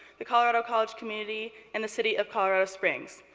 the colorado college community, and the city of colorado springs.